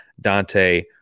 Dante